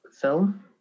film